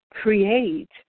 create